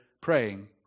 praying